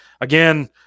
again